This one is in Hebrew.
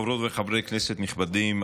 חברות וחברי כנסת נכבדים,